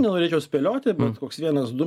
nenorėčiau spėlioti bet koks vienas du